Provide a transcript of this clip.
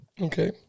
Okay